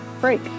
break